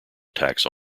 attacks